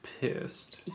pissed